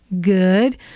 Good